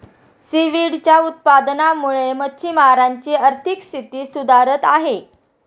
सीव्हीडच्या उत्पादनामुळे मच्छिमारांची आर्थिक स्थिती सुधारत आहे